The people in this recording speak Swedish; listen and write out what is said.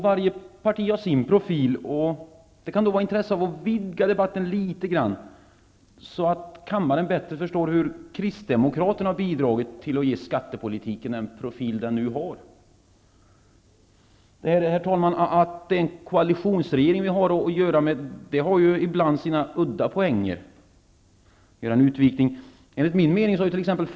Varje parti har sin profil, och det kan då finnas intresse av att vidga debatten litet grand så att kammaren bättre förstår hur kristdemokraterna har bidragit till att ge skattepolitiken den profil den nu har. Att det är en koalitionsregering vi har att göra med har ibland sina udda poänger; jag säger det trots att det är en utvikning. Enligt min mening har t.ex.